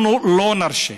אנחנו לא נרשה.